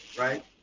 right?